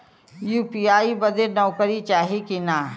UPI बदे नौकरी चाही की ना?